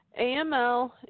AML